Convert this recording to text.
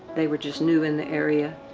they were just new in the area.